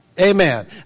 Amen